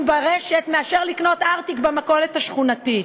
ברשת מאשר לקנות ארטיק במכולת השכונתית.